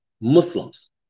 Muslims